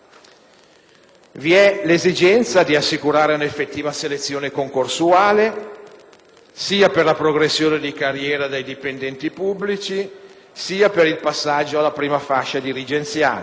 Vi è l'esigenza di assicurare l'effettiva selezione concorsuale, sia per la progressione in carriera dei dipendenti pubblici, sia per il passaggio alla prima fascia dirigenziale.